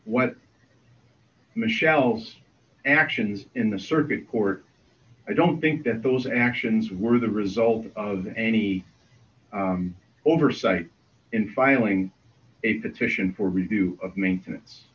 what michelle's actions in the circuit court i don't think that those actions were the result of any oversight in filing a petition for review of maintenance